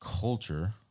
culture